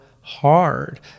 hard